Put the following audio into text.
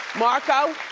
marco,